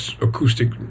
acoustic